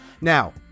Now